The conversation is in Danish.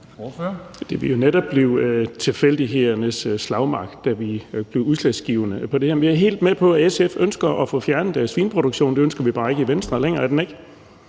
Det vil jo netop blive tilfældighedernes slagmark, i forhold til hvad der bliver udslagsgivende på det her område. Men jeg er helt med på, at SF ønsker at få fjernet svineproduktionen. Det ønsker vi bare ikke i Venstre. Længere er den ikke.